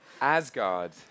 Asgard